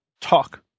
talk